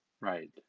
Right